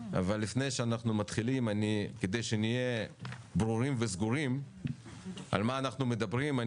אבל לפני שאנחנו מתחילים כדי שנהיה ברורים וסגורים על מה אנחנו מדברים,